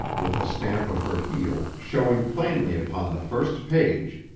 with the stamp of her heel, showing plainly upon the first page,